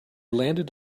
landed